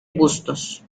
bustos